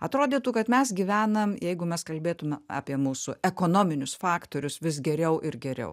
atrodytų kad mes gyvenam jeigu mes kalbėtume apie mūsų ekonominius faktorius vis geriau ir geriau